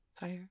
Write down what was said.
Fire